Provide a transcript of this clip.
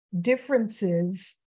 differences